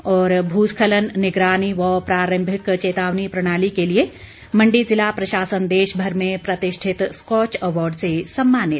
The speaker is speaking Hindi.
और भूस्खलन निगरानी व प्रारंभिक चेतावनी प्रणाली के लिए मंडी जिला प्रशासन देशभर में प्रतिष्ठित स्कॉच अवार्ड से सम्मानित